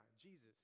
Jesus